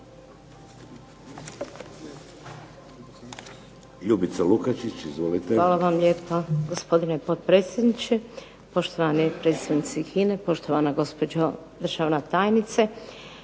Ljubica (HDZ)** Hvala vam lijepa gospodine potpredsjedniče, poštovani predstavnici HINA-e, poštovana gospođo državna tajnice.